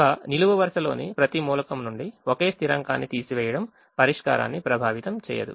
ఒక నిలువు వరుసలోని ప్రతి మూలకం నుండి ఒకే స్థిరాంకాన్ని తీసివేయడం పరిష్కారాన్ని ప్రభావితం చేయదు